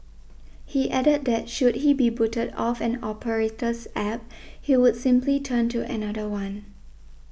he added that should he be booted off an operator's App he would simply turn to another one